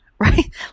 right